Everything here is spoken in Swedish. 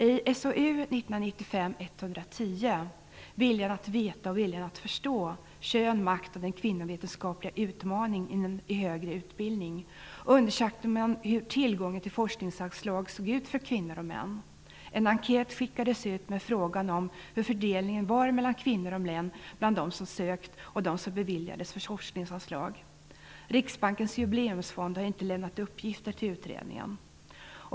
I SOU 1995:110 Viljan att veta och viljan att förstå - kön, makt och den kvinnovetenskapliga utmaningen i högre utbildning undersökte man hur tillgången till forskningsanslag såg ut för kvinnor och män. En enkät skickades ut med frågan om hur fördelningen var mellan kvinnor och män bland de som sökte och de som beviljades forskningsanslag. Riksbanken Jubileumsfond har inte lämnat uppgifter till utredningen.